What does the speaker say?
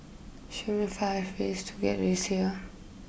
show me five ways to get to Roseau